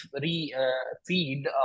re-feed